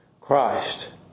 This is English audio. Christ